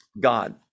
God